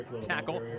tackle